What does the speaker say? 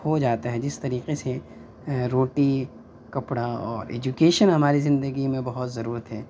ہو جاتا ہے جس طریقے سے روٹی کپڑا اور ایجوکیشن ہمارے زندگی میں بہت ضرورت ہے